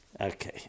Okay